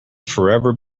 forever